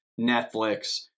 Netflix